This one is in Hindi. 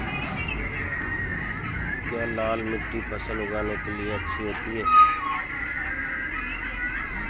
क्या लाल मिट्टी फसल उगाने के लिए अच्छी होती है?